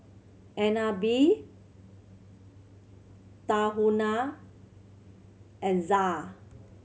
Agnes B Tahuna and ZA